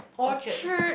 Orchard